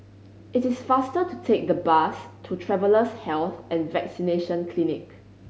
it is faster to take the bus to Travellers' Health and Vaccination Clinic